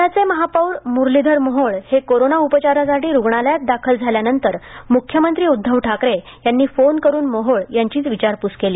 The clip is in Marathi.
प्ण्याचे महापौर म्रलीधर मोहोळ हे कोरोना उपचारासाठी रुग्णालयात दाखल झाल्यानंतर म्ख्यमंत्री उद्धव ठाकरे यांनी फोन करून मोहोळ यांची विचारपूस केली